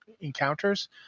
encounters